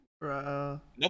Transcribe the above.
Nope